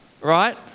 right